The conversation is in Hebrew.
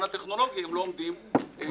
אוכלוסיית יעד מאוד מאוד נוחה.